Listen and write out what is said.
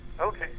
Okay